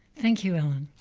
thank you, alan,